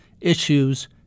issues